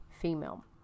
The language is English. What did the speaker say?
female